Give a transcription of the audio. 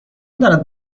دارد